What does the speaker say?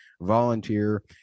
volunteer